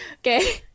Okay